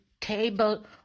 table